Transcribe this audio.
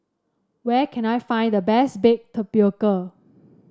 where can I find the best Baked Tapioca